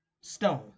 stone